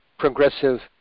progressive